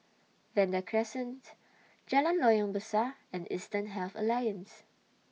Vanda Crescent Jalan Loyang Besar and Eastern Health Alliance